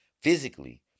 physically